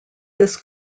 this